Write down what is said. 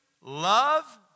love